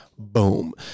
Boom